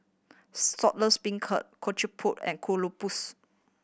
beancurd kochi and Kuih Lopes